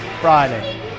Friday